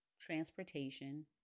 transportation